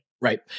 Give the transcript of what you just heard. right